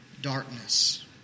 Darkness